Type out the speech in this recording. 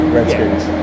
Redskins